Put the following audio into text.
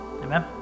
Amen